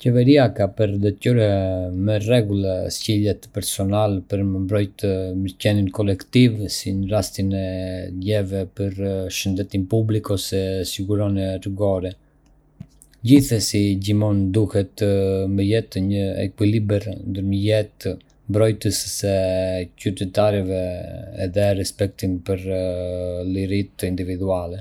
Qeveria ka për detyrë me rregullue sjelljet personale për me mbrojtë mirëqenien kolektive, si në rastin e ligjeve për shëndetin publik ose sigurinë rrugore. Gjithsesi, gjithmonë duhet me gjetë një ekuilibër ndërmjet mbrojtjes së qytetarëve edhe respektit për liritë individuale.